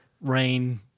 rain